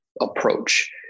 approach